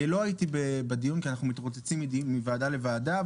לא הייתי בדיון כי אנחנו מתרוצצים מוועדה לוועדה,